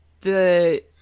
the-